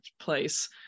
place